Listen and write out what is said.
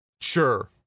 sure